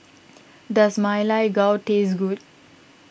does Ma Lai Gao taste good